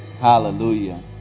Hallelujah